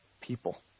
people